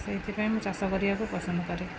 ସେଥିପାଇଁ ମୁଁ ଚାଷ କରିବାକୁ ପସନ୍ଦ କରେ